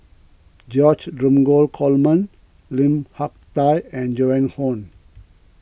George Dromgold Coleman Lim Hak Tai and Joan Hon